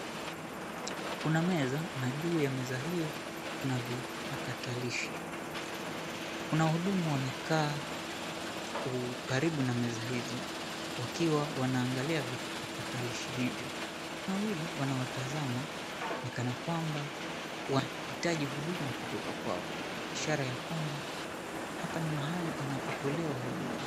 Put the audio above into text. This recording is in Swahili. Kuna meza na juu ya meza hiyo kuna vipakatilishi. Kuna wahudumu wamekaa karibu na meza hizo wakiwa wanaanglia vipakatalishi hivyo. Wawili wanawatazama ni kanakwamba wanahitaji huduma kutoka kwao, ishara ya kwamba hapa ni mahali panapotolewa huduma.